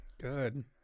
Good